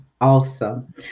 Awesome